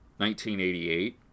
1988